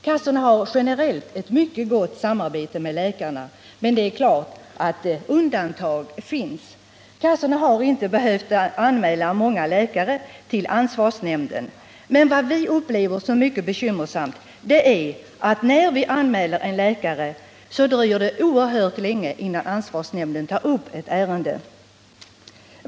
Kassorna har generellt ett mycket gott samarbete med läkarna, men det är klart att undantag finns. Kassorna har inte behövt anmäla många läkare till ansvarsnämnden. Men vad vi upplever som mycket bekymmersamt är att när vi anmäler en läkare dröjer det oerhört länge innan ansvarsnämnden tar upp ärendet.